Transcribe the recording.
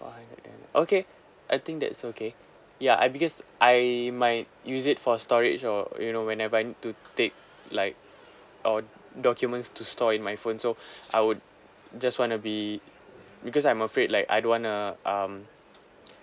one and okay I think that's okay ya I because I might use it for storage or you know whenever I need to take like or documents to store in my phone so I would just wanna be because I'm afraid like I don't wanna um